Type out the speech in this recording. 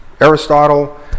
Aristotle